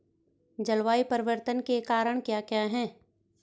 जलवायु परिवर्तन के कारण क्या क्या हैं?